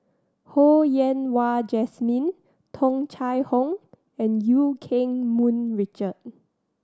Ho Yen Wah Jesmine Tung Chye Hong and Eu Keng Mun Richard